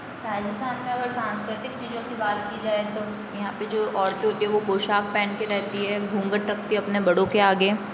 राजस्थान में अगर सांस्कृतिक चीजों की बात की जाए तो यहाँ पे जो औरतें होती है वो पोशाक पहन के रहती है घूँघट ढ़कती अपने बड़ों के आगे